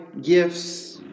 gifts